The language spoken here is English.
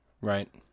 Right